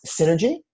synergy